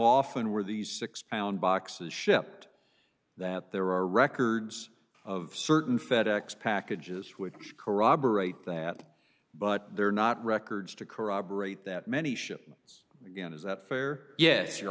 often were these six pound boxes shipped that there are records of certain fed ex packages which corroborate that but they're not records to corroborate that many ship it's again is that fair ye